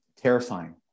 terrifying